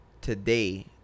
today